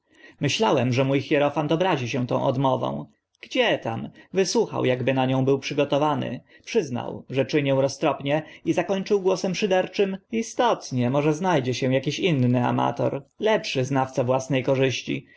myślałem że mó hierofant obrazi się tą odmową gdzie tam wysłuchał akby na nią był przygotowany przyznał że czynię roztropnie i zakończył głosem szyderczym istotnie może zna dzie się aki inny amator lepszy znawca własne korzyści